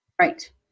Right